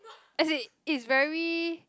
as in it's very